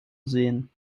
sehen